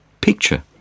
picture